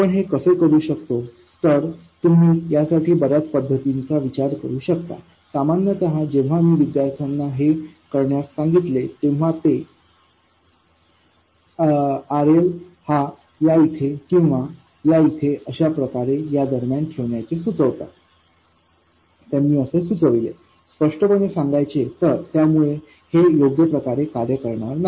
आपण हे कसे करू शकतो तर तुम्ही यासाठी बर्याच पद्धतींचा विचार करू शकता सामान्यतः जेव्हा मी विद्यार्थ्यांना हे करण्यास सांगितले तेव्हा ते RL हा या इथे किंवा या इथे अशाप्रकारे या दरम्यान ठेवण्याचे सुचवतात स्पष्टपणे सांगायचे तर त्यामुळे हे योग्य प्रकारे कार्य करणार नाही